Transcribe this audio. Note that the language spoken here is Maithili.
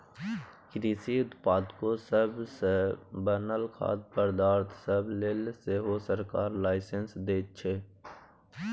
कृषि उत्पादो सब सँ बनल खाद्य पदार्थ सब लेल सेहो सरकार लाइसेंस दैत छै